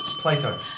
Plato